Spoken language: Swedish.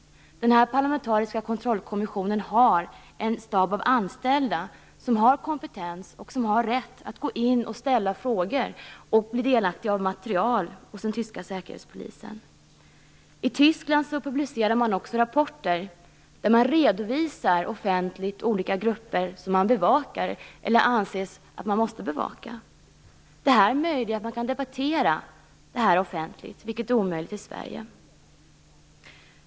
Denna parlamentariska kontrollkommission har en stab av anställda som har kompetens och rätt att ställa frågor och bli delaktiga av material hos den tyska säkerhetspolisen. I Tyskland publiceras också rapporter som offentligt redovisar vilka grupper man bevakar eller som man anser att man måste bevaka. Det gör det möjligt att debattera detta offentligt, vilket är omöjligt i Sverige.